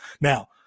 Now